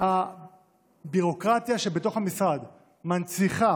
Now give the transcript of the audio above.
כשהביורוקרטיה שבתוך המשרד מנציחה